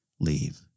leave